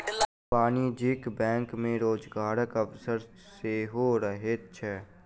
वाणिज्यिक बैंक मे रोजगारक अवसर सेहो रहैत छै